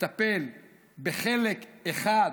לטפל בחלק אחד